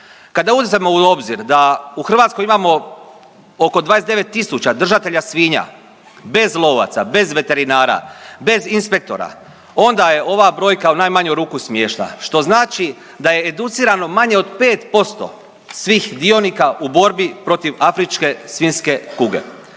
Kad uzmemo u obzir da u Hrvatskoj imamo oko 29 tisuća držatelja svinja bez lovaca, bez veterinara, bez inspektora onda je ova brojka u najmanju ruku smiješna što znači da je educirano manje od 5% svih dionika u borbi protiv afričke svinjske kuge.